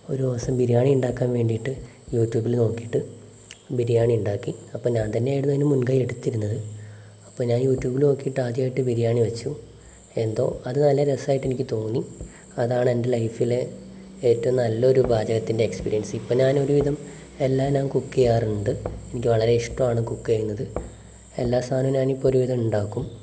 ഒരു ദിവസം ബിരിയാണി ഉണ്ടാക്കാൻ വേണ്ടിയിട്ട് യൂട്യൂബിൽ നോക്കിയിട്ട് ബിരിയാണി ഉണ്ടാക്കി അപ്പോൾ ഞാൻ തന്നെയാണ് അതിനു മുൻകൈ എടുത്തിരുന്നത് അപ്പോൾ ഞാൻ യൂട്യൂബിൽ നോക്കിയിട്ട് ആദ്യമായിട്ട് ബിരിയാണി വച്ചു എന്തോ അതു നല്ല രസമായിട്ട് എനിക്ക് തോന്നി അതാണെൻ്റെ ലൈഫിലെ ഏറ്റവും നല്ലൊരു പാചകത്തിൻ്റെ എക്സ്പീരിയൻസ് ഇപ്പോൾ ഞാൻ ഒരു വിധം എല്ലാം ഞാൻ കുക്ക് ചെയ്യാറുണ്ട് എനിക്ക് വളരെ ഇഷ്ടമാണ് കുക്ക് ചെയ്യുന്നത് എല്ലാ സാധനവും ഞാൻ ഇപ്പോൾ ഒരുവിധം ഉണ്ടാക്കും